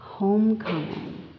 homecoming